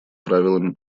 правилами